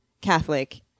Catholic